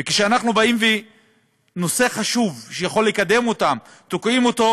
וכשאנחנו באים בנושא חשוב שיכול לקדם אותם תוקעים אותו,